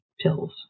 pills